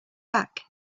back